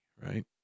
right